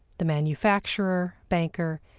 the manufacturer, banker,